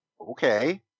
okay